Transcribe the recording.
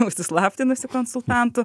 užsislaptinusių konsultantų